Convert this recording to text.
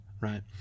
right